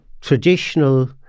traditional